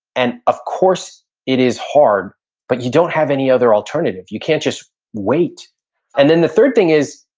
and of course it is hard but you don't have any other alternative. you can't just wait and then the third thing is,